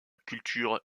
culture